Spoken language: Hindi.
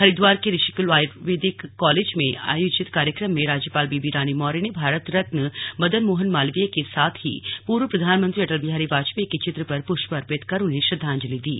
हरिद्वार के ऋषिकुल आयुर्वेदिक कॉलेज में आयोजित कार्यक्रम में राज्यपाल बेबी रानी मौर्य ने भारत रत्न मदन मोहन मालवीय के साथ ही पूर्व प्रधानमंत्री अटल बिहारी वाजपेयी के चित्र पर पुष्प अर्पित कर उन्हें श्रद्वांजलि दी